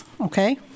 Okay